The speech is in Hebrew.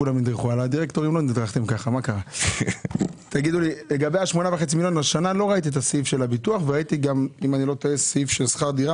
השנה לא ראיתי את הסעיף של הביטוח וראיתי סעיף של שכר דירה,